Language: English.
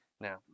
Now